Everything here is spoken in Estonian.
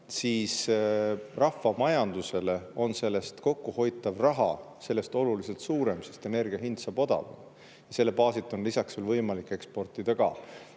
siis rahvamajandusele on kokkuhoid sellest oluliselt suurem, sest energia hind saab odavam. Selle baasilt on lisaks võimalik eksportida.